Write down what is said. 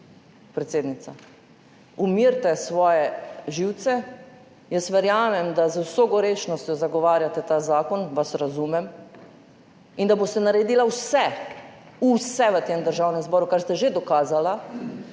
predsednica. Umirite svoje živce. Jaz verjamem, da z vso gorečnostjo zagovarjate ta zakon, vas razumem, in da boste naredili vse, vse v tem državnem zboru, kar ste že dokazali,